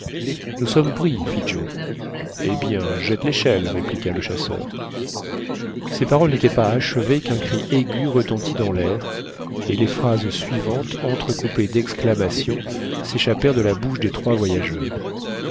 nous sommes pris fit joe eh bien jette l'échelle répliqua le chasseur ces paroles n'étaient pas achevées qu'un cri aigu retentit dans l'air et les phrases suivantes entrecoupées d'exclamations s'échappèrent de la bouche des trois voyageurs